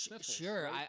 Sure